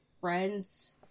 friend's